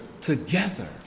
together